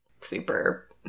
super